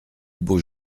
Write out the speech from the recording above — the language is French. beau